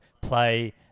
play